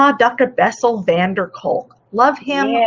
um dr. bessel van der kolk, love him. yeah